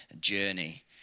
journey